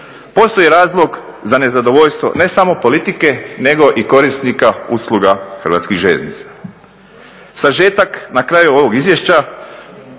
Postoji razlog za nezadovoljstvo ne samo politike nego i korisnika usluga HŽ-a. Sažetak na kraju ovog izvješća